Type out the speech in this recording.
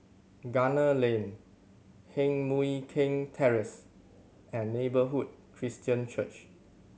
Gunner Lane Heng Mui Keng Terrace and Neighbourhood Christian Church